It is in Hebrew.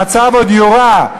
המצב עוד יורע.